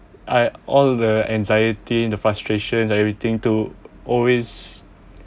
I all the anxiety and the frustrations and everything to always